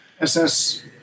ss